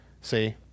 See